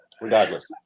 Regardless